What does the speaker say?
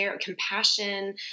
compassion